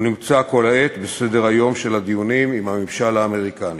הוא נמצא כל העת על סדר-היום של הדיונים עם הממשל האמריקני.